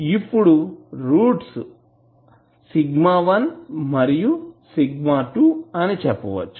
ఇప్పుడు రూట్స్ σ1 మరియు σ2 అని చెప్పవచ్చు